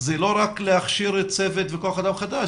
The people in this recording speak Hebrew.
זה לא רק להכשיר צוות וכוח אדם חדש,